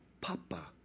Papa